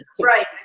Right